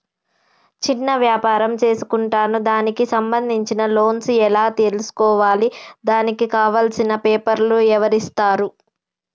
చిన్న వ్యాపారం చేసుకుంటాను దానికి సంబంధించిన లోన్స్ ఎలా తెలుసుకోవాలి దానికి కావాల్సిన పేపర్లు ఎవరిస్తారు?